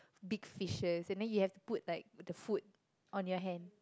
big fishes and then you have to put like the food on your hand